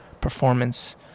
performance